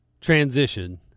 transition